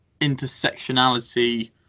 intersectionality